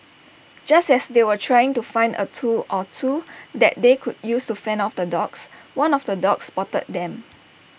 just as they were trying to find A tool or two that they could use fend off the dogs one of the dogs spotted them